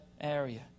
area